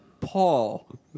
Paul